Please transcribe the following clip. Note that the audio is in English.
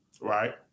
right